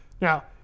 Now